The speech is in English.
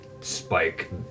spike